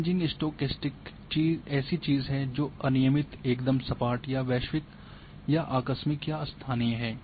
kriging stochastic ऐसी चीज है जो अनियमित एकदम सपाट या वैश्विक या आकस्मिक या स्थानीय है